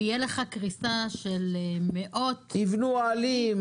ותהיה לך קריסה של מאות בתים --- יבנו אוהלים,